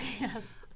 Yes